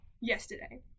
yesterday